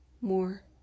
more